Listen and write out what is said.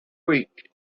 week